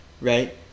right